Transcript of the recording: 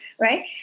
right